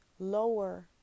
Lower